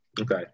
Okay